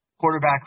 quarterback